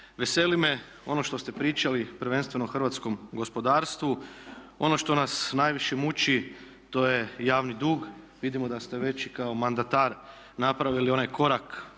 Veseli me ono što ste pričali prvenstveno o hrvatskom gospodarstvu, ono što nas najviše muči to je javni dug, vidimo da ste već i kao mandatar napravili onaj korak,